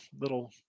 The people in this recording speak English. little